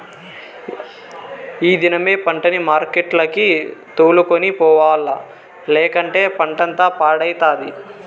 ఈ దినమే పంటని మార్కెట్లకి తోలుకొని పోవాల్ల, లేకంటే పంటంతా పాడైతది